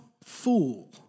fool